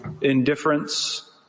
indifference